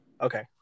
Okay